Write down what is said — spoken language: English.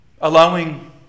allowing